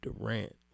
Durant